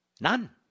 None